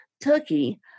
turkey